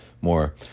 more